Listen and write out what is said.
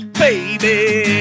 baby